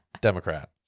Democrat